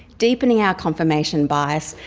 deepening our confirmation bias,